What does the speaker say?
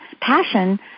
passion